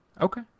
Okay